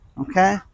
okay